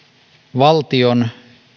valtion